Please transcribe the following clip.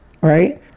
right